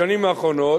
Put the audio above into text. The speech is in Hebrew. בשנים האחרונות,